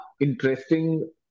interesting